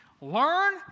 Learn